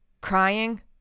crying